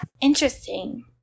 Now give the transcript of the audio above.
Interesting